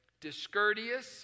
discourteous